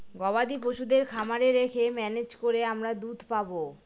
গবাদি পশুদের খামারে রেখে ম্যানেজ করে আমরা দুধ পাবো